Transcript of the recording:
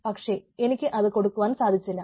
പക്ഷേ എനിക്ക് അത് കൊടുക്കുവാൻ സാധിച്ചില്ല